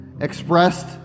expressed